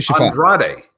Andrade